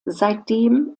seitdem